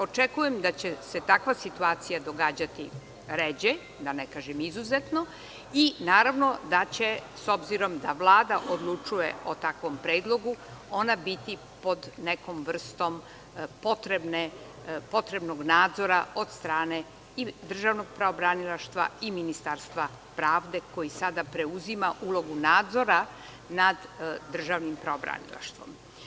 Očekujem da će se takva situacija događati ređe, da ne kažem izuzetno, i naravno da će, s obzirom da Vlada odlučuje o takvom predlogu, ona biti pod nekom vrstom potrebnog nadzora od strane i državnog pravobranilaštva i Ministarstva pravde, koji sada preuzima ulogu nadzora nad državnim pravobranilaštvom.